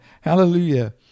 hallelujah